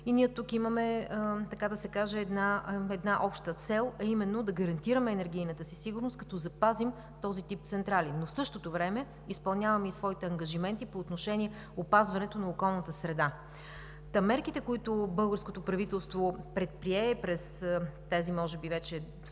И ние тук имаме, така да се каже, една обща цел, а именно да гарантираме енергийната си сигурност, като запазим този тип централи, но в същото време изпълняваме и своите ангажименти по отношение опазването на околната среда. Мерките, които българското правителство предприе през тези може би вече